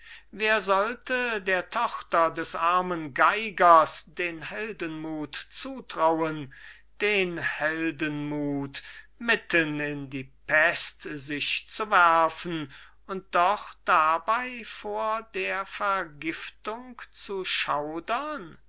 wer sollte der tochter des armen geigers den heldenmuth zutrauen den heldenmuth mitten in die pest sich zu werfen und doch dabei vor der vergiftung zu schaudern